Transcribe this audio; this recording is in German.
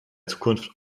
zukunft